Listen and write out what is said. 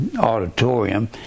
auditorium